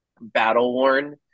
battle-worn